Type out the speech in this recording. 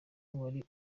wari